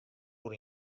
oer